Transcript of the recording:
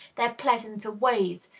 their pleasanter ways,